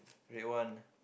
red one